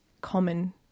common